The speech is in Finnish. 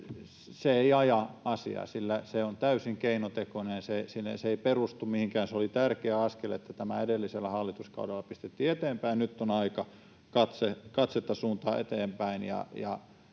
Se ei aja asiaa, sillä se on täysin keinotekoinen ja se ei perustu mihinkään. Se oli tärkeä askel, että tämä edellisellä hallituskaudella pistettiin eteenpäin, ja nyt on aika katsetta suunnata eteenpäin.